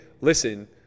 Listen